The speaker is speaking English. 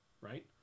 right